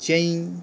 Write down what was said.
chain